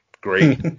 great